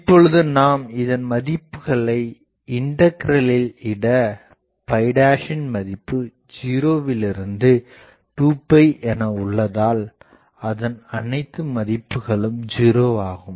இப்பொழுது நாம் இதன் மதிப்புகளைஇண்டகிரலில் இட மதிப்பு 0 விலிருந்து 2 என உள்ளதால் அதன் அனைத்து மதிப்புகளும் 0 ஆகும்